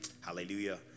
Hallelujah